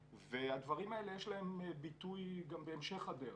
ולדברים האלה יש ביטוי גם בהמשך הדרך.